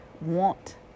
want